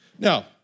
Now